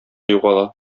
югала